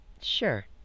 Sure